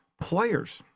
players